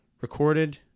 recorded